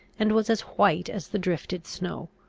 and was as white as the drifted snow.